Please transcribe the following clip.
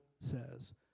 says